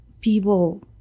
people